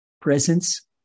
presence